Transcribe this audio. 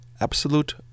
absolute